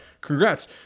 Congrats